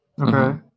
Okay